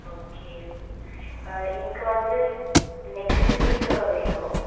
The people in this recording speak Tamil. ஓகே ம் எனக்கு வந்து நெக்ஸ்டு வீக்கு வேணும்